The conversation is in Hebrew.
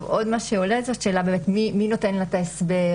מה שעוד עולה הוא השאלה מי נותן לה את ההסבר,